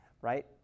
right